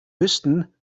wüssten